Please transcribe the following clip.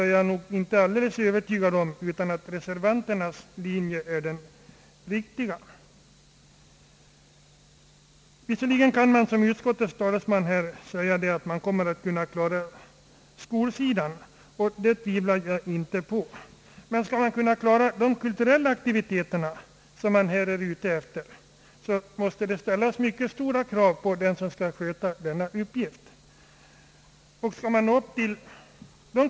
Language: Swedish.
Får jag till det säga, att jag är övertygad om att reservanternas linje är vägen till den lösningen. Visserligen kan man som utskottets talesman här säga, att man kommer att kunna klara skolsidan — det tvivlar jag inte på. Men skall man kunna klara de kulturella aktiviteter, som det här är fråga om, måste man ställa mycket stora krav på den person som skall sköta denna uppgift.